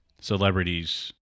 celebrities